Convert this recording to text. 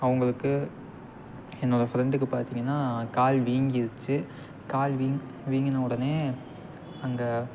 அவங்களுக்கு என்னோட ஃப்ரெண்டுக்கு பார்த்தீங்கன்னா கால் வீங்கிடுச்சு கால் வீங்கி வீங்கின உடனே அங்கே